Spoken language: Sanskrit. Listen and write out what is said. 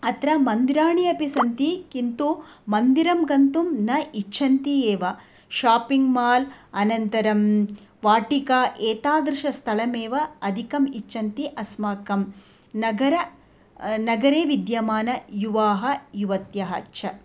अत्र मन्दिराणि सन्ति किन्तु मन्दिरं गन्तुं न इच्छन्ति एव शापिङ्ग् माल् अनन्तरं वाटिका एतादृशं स्थलमेव अधिकम् इच्छन्ति अस्माकं नगरे नगरे विद्यमानाः युवाः युवत्यः च